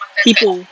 hippo